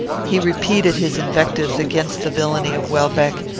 he repeated his invectives against the villany of welbeck,